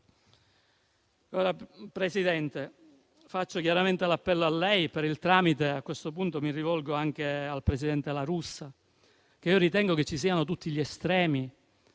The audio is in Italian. Presidente, faccio chiaramente appello a lei e per suo tramite, a questo punto, mi rivolgo anche al presidente La Russa, perché ritengo che ci siano tutti gli estremi